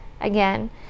again